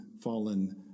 fallen